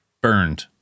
burned